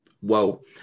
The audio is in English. whoa